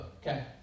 okay